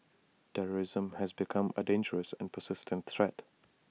terrorism has become A dangerous and persistent threat